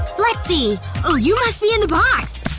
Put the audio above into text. let's see oh, you must be in the box!